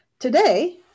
Today